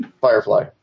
Firefly